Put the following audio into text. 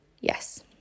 yes